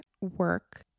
work